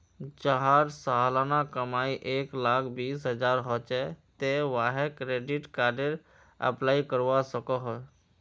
जहार सालाना कमाई एक लाख बीस हजार होचे ते वाहें क्रेडिट कार्डेर अप्लाई करवा सकोहो होबे?